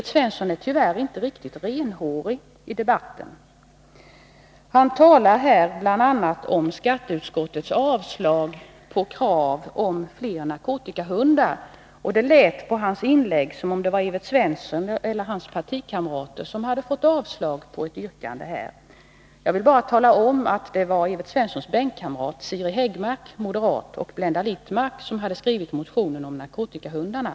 Tyvärr är han inte riktigt renhårig i debatten. Han talar här bl.a. om skatteutskottets avstyrkande när det gäller krav på fler narkotikahundar. Det lät på hans inlägg som om det var Evert Svensson eller hans partikamrater som här hade fått avslag på ett yrkande. Jag vill bara tala om att det var Evert Svenssons bänkkamrat, moderaten Siri Häggmark, som tillsammans med Blenda Littmarck hade skrivit motionen om narkotikahundarna.